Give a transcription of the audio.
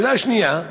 השאלה השנייה: